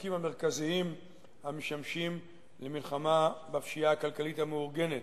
בחוקים המרכזיים המשמשים למלחמה בפשיעה הכלכלית המאורגנת,